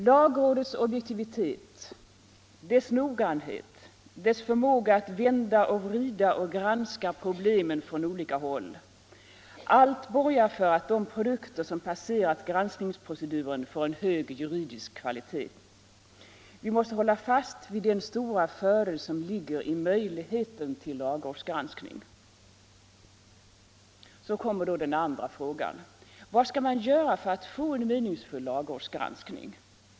Lagrådets objektivitet, dess noggrannhet, dess förmåga att vända och vrida och granska problemen från olika håll — allt borgar för att de produkter som passerat granskningsproceduren får en hög juridisk kvalitet. Vi måste hålla fast vid den stora fördel som ligger i möjligheten till lagrådsgranskning. Så kommer den andra frågan: Vad skall man göra för att få en meningsfull lagrådsgranskning?